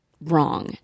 wrong